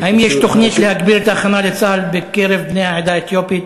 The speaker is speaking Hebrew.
1. האם יש תוכנית להגביר את ההכנה לצה"ל בקרב בני העדה האתיופית?